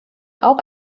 auch